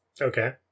Okay